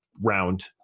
round